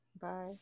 Bye